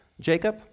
Jacob